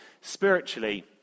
spiritually